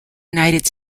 united